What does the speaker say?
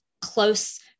close